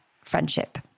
friendship